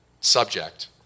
subject